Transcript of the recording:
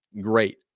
great